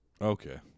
Okay